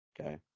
Okay